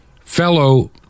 fellow